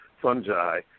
fungi